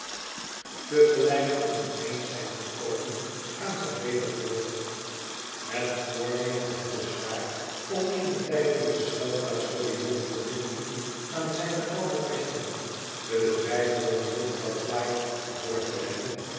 gelijk aan een eind zijn gekomen gaan zij weder voort met voornemen het bezwaar om eene tijdelijke schuilplaats voor den jongen te vinden aan zijne oude patiënte de bedrijvige jufvrouw flite voor te leggen